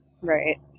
Right